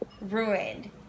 ruined